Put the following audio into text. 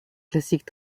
classique